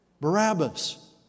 Barabbas